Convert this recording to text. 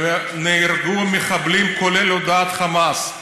נהרגו מחבלים, כולל הודעת חמאס.